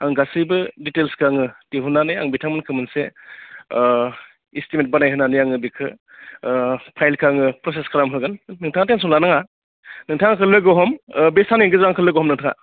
आं गासैबो डिटेल्सखो आङो दिहुननानै आं बिथांमोनखो मोनसे एस्टिमेट बानाय होनानै आङो बेखो फाइलखो आङो प्र'सेस खालामहोगोन नोंथाङा टेनसन लानाङा नोंथाङा आंखो लोगो हम बे साननैनि गेजेराव आंखो लोगो हम नोंथाङा